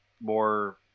more